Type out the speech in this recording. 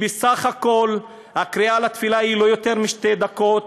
בסך הכול, הקריאה לתפילה היא לא יותר משתי דקות.